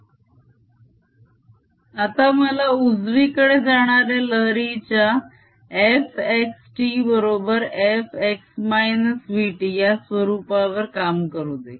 fxtfx0t xv fxtfx0txv आता मला उजवीकडे जाणाऱ्या लहरीच्या f x t बरोबर f x -vt या स्वरूपावर काम करू दे